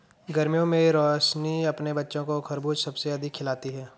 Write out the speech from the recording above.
गर्मियों में रोशनी अपने बच्चों को खरबूज सबसे अधिक खिलाती हैं